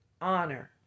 honor